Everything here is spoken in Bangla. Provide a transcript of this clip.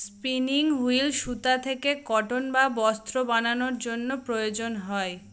স্পিনিং হুইল সুতা থেকে কটন বা বস্ত্র বানানোর জন্য প্রয়োজন হয়